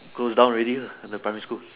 close down already ah the primary school